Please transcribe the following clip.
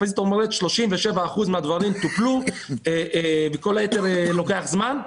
פזית אומרת ש-37 אחוזים מהדברים טופלו וכל היתר לוקח זמן.